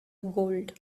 gold